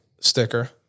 sticker